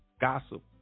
gossip